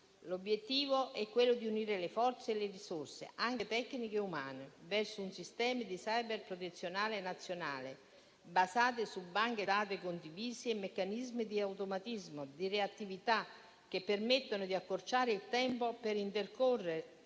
L'obiettivo è quello di unire le forze e le risorse, anche tecniche e umane, verso un sistema di cyberprotezione nazionale, basato su banche dati condivise e meccanismi di automatismo, di reattività, che permettano di accorciare il tempo che intercorre